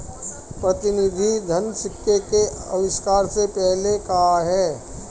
प्रतिनिधि धन सिक्के के आविष्कार से पहले का है